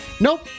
Nope